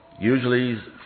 usually